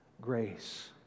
grace